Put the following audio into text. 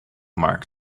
mark